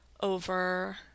over